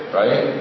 right